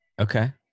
okay